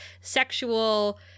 sexual